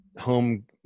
home